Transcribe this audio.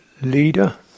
leader